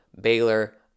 Baylor